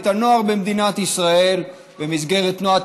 את הנוער במדינת ישראל במסגרת "תנועת